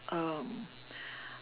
um